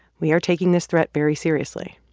we are taking this threat very seriously.